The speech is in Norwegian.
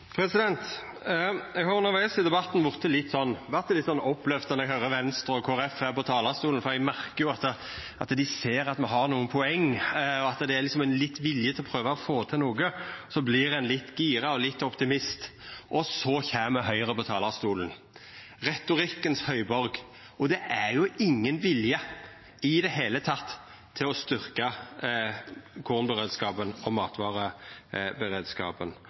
i debatten vorte litt oppløfta når eg høyrer Venstre og Kristeleg Folkeparti på talarstolen, for eg merkar jo at dei ser at me har nokre poeng, og at det er litt vilje til å prøva å få til noko – så då vert ein litt gira og optimist. Og så kjem Høgre på talarstolen – retorikkens høgborg. Det er ingen vilje i det heile til å styrkja kornberedskapen og matvareberedskapen,